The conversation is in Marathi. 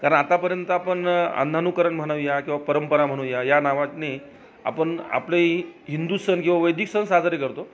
कारण आतापर्यंत आपण अंधानुकरण म्हणूया किंवा परंपरा म्हणूया या नावाने आपण आपले हिंदू सण किंवा वैदिक सण साजरे करतो